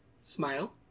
Smile